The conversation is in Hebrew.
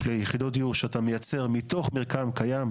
ליחידות דיור שאתה מייצר מתוך מרקם קיים,